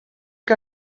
que